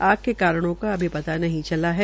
आग के कारणों की अभी पता नही चला है